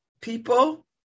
people